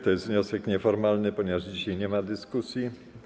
To jest wniosek nieformalny, ponieważ dzisiaj nie ma dyskusji.